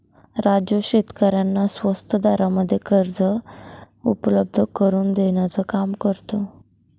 राजू शेतकऱ्यांना स्वस्त दरामध्ये कर्ज उपलब्ध करून देण्याचं काम करतो